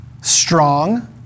strong